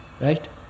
Right